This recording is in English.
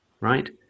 right